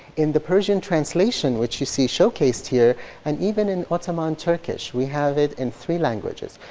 in the persian translation which you see showcased here and even in ottoman turkish. we have it in three languages.